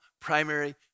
primary